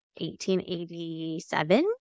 1887